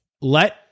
let